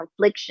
confliction